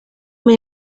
uma